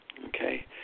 Okay